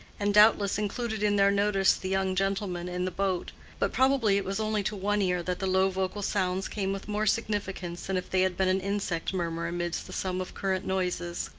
and doubtless included in their notice the young gentleman in the boat but probably it was only to one ear that the low vocal sounds came with more significance than if they had been an insect-murmur amidst the sum of current noises.